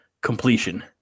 completion